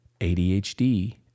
ADHD